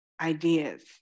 ideas